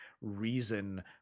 reason